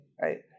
right